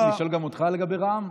לשאול גם אותך לגבי רע"ם,